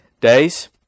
days